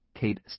Kate